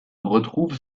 retrouve